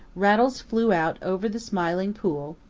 rattles flew out over the smiling pool,